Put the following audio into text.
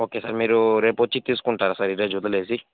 okay sir మీరు రేపు వచ్చి తీసుకుంటారా సార్ ఈ రోజు వదిలేసి